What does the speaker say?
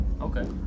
Okay